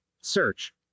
Search